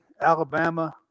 Alabama